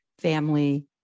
family